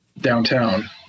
downtown